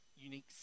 unique